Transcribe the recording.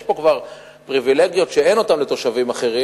יש פה כבר פריווילגיות שאין לתושבים אחרים,